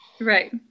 Right